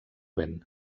vent